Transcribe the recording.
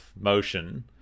motion